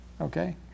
Okay